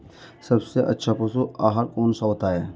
सबसे अच्छा पशु आहार कौन सा होता है?